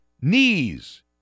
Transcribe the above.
knees